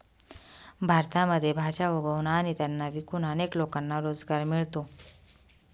भारतामध्ये भाज्या उगवून आणि त्यांना विकून अनेक लोकांना रोजगार मिळतो